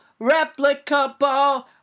replicable